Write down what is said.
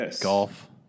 golf